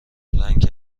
رنگ